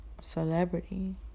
celebrity